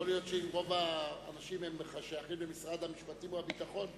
יכול להיות שאם רוב האנשים שייכים בכלל למשרד המשפטים או הביטחון,